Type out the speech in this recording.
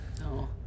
No